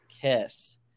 kiss